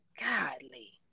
Godly